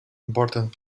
important